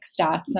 stats